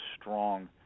strong